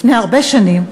לפני הרבה שנים,